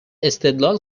استدلال